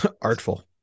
Artful